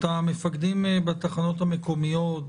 המפקדים בתחנות המקומיות,